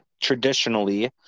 traditionally